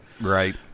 Right